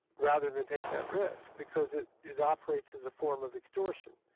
rather than take that risk because it it operates as a form of extortion.